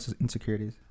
insecurities